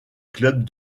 club